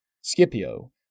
Scipio